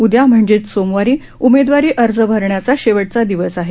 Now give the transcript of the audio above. उद्या म्हणजेच सोमवारी उमेदवारी अर्ज भरण्याचा शेवटचा दिवस आहे